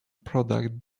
product